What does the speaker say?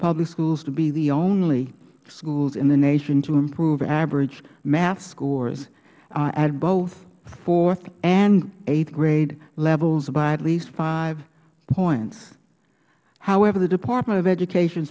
public schools to be the only schools in the nation to improve average math scores at both fourth and eighth grade levels by at least five points however the department of education